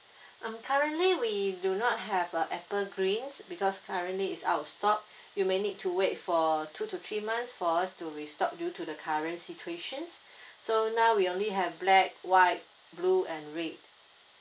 um currently we do not have uh apple green because currently is out of stock you may need to wait for two to three months for us to restock due to the current situations so now we only have black white blue and red